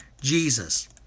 Jesus